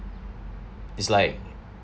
is like